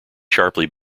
sharply